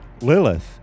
Lilith